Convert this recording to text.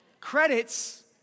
Credits